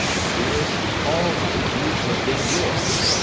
dearest, all my deeds have been yours.